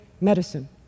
medicine